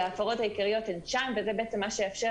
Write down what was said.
ההפרות העיקריות הן שם וזה מה שיאפשר